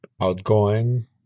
outgoing